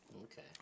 Okay